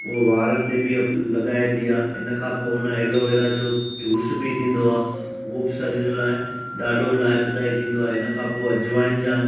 उहो वारनि ते बि लॻाइबी आ्हे हिन खां पोइ हुन एलोवेरा जो जूस बि थींदो आहे उहो बि शरीर लाइ ॾाढो लायभदाए थींदो आहे हिन खां पोइ अजवाइन जा